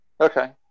okay